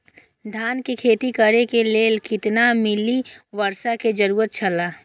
धान के खेती करे के लेल कितना मिली वर्षा के जरूरत छला?